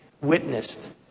witnessed